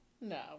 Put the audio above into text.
No